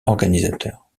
organisateurs